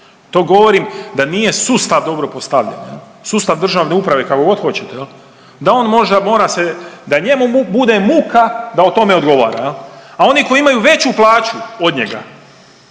To govorim da nije sustav dobro postavljen jel, sustav državne uprave kako god hoćete jel, da on možda mora se, da njemu bude muka da o tome odgovara jel, a oni koji imaju veću plaću od njega